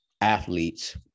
athletes